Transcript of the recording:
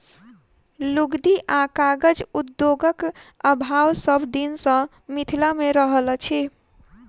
लुगदी आ कागज उद्योगक अभाव सभ दिन सॅ मिथिला मे रहल अछि